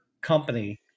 company